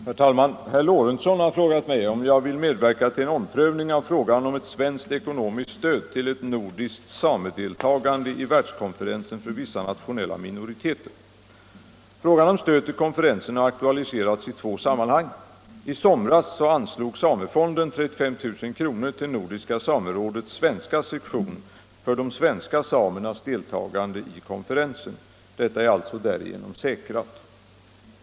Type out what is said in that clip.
Herr talman! Herr Lorentzon har frågat mig om jag vill medverka till en omprövning av frågan om ett svenskt ekonomiskt stöd till ett nordiskt samedeltagande i världskonferensen för vissa nationella minoriteter. Frågan om stöd till konferensen har aktualiserats i två sammanhang. I somras anslog samefonden 35 000 kr. till Nordiska samerådets svenska sektion för de svenska samernas deltagande i konferensen. Detta är alltså därigenom säkrat.